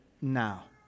now